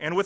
and w